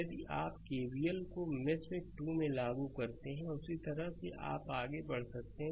यदि आप केवीएल को मेष 2 में लागू करते हैं तो उसी तरह से आप आगे बढ़ सकते हैं